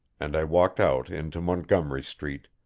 and i walked out into montgomery street,